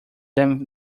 them